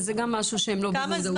זה גם משהו שלא במודעות.